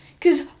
Cause